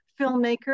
filmmaker